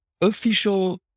official